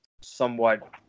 somewhat